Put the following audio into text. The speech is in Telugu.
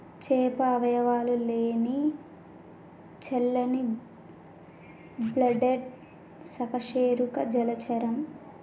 చేప అవయవాలు లేని చల్లని బ్లడెడ్ సకశేరుక జలచరం